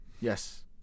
Yes